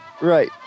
Right